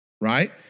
right